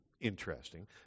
interesting